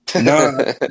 No